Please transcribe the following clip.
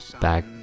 back